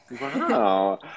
wow